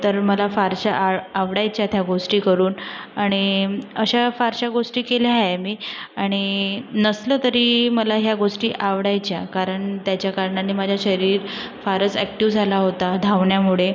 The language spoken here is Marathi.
तर मला फारशा आ आवडायच्या त्या गोष्टी करून आणि अशा फारशा गोष्टी केल्या आहे मी आणि नसलं तरी मला ह्या गोष्टी आवडायच्या कारण त्याच्या कारणाने माझ्या शरीर फारच ॲक्टिव्ह झाला होता धावण्यामुळे